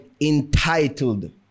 entitled